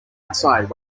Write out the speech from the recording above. outside